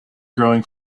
growing